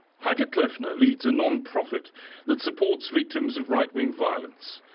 heike kleffner leads a nonprofit that supports victims of right-wing violence.